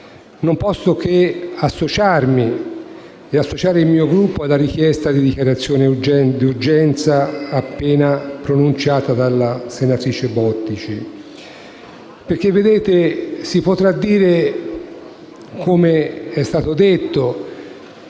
non posso che associarmi insieme al mio Gruppo alla richiesta di dichiarazione d'urgenza appena pronunciata dalla senatrice Bottici. Si potrà dire, com'è stato fatto,